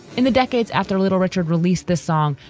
in the decades after little richard released the song,